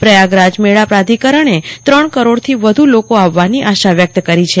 પ્રયાગરાજ મેળા પ્રાધિકરણે ત્રણ કરોડથી વધુ લોકો આવવાની આશા વ્યક્ત કરી છે